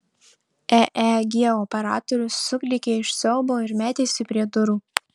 eeg operatorius suklykė iš siaubo ir metėsi prie durų